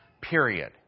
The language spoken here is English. period